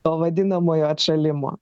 to vadinamojo atšalimo